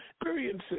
experiences